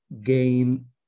gain